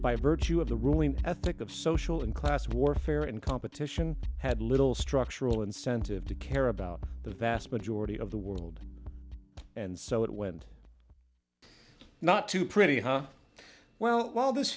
by virtue of the ruling ethic of social and class warfare and competition had little structural incentive to care about the vast majority of the world and so it went not too pretty high well